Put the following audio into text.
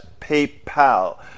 PayPal